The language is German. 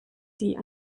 die